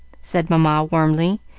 said mamma warmly,